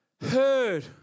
heard